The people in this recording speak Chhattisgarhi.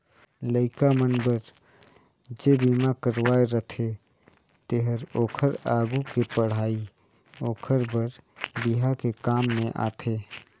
लइका मन बर जे बिमा करवाये रथें तेहर ओखर आघु के पढ़ई ओखर बर बिहा के काम में आथे